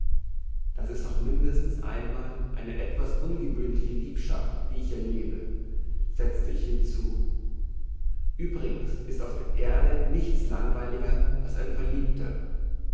das ist doch mindestens einmal eine etwas ungewöhnliche liebschaft die ich erlebe setzte ich hinzu übrigens ist auf der erde nichts langweiliger als ein verliebter